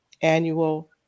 annual